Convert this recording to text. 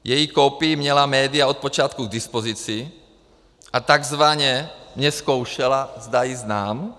Její kopii měla média od počátku k dispozici a takzvaně mě zkoušela, zda ji znám.